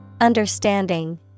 Understanding